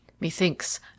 Methinks